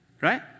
right